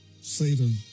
Satan